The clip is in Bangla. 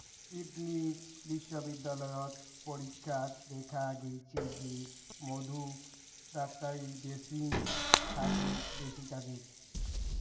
সিডনি বিশ্ববিদ্যালয়ত পরীক্ষাত দ্যাখ্যা গেইচে যে মধু ডাক্তারী ড্রেসিং থাকি বেশি কাজের